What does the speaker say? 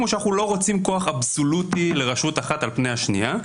הוא שאנחנו לא רוצים כוח אבסולוטי לרשות אחת על פני השנייה.